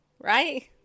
Right